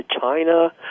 China